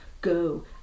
go